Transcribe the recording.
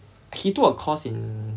he took a course in